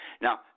Now